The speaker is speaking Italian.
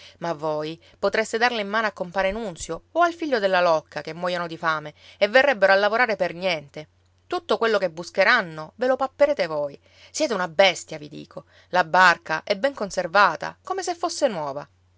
ma voi potreste darla in mano a compare nunzio o al figlio della locca che muoiono di fame e verrebbero a lavorare per niente tutto quello che buscheranno ve lo papperete voi siete una bestia vi dico la barca è ben conservata come se fosse nuova